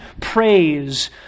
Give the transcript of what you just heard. praise